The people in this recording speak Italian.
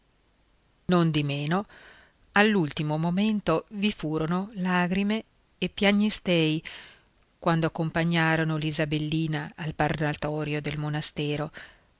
vestita nondimeno all'ultimo momento vi furono lagrime e piagnistei quando accompagnarono l'isabellina al parlatorio del monastero